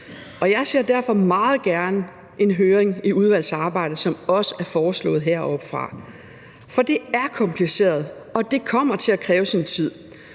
jeg ser derfor meget gerne en høring i udvalgsarbejdet, som det også er foreslået heroppefra. For det er kompliceret, og det kommer til at kræve sin tid.